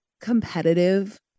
competitive